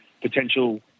potential